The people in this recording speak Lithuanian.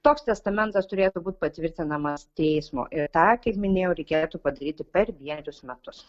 toks testamentas turėtų būt patvirtinamas teismo ir tą kaip minėjau reikėtų padaryti per vienerius metus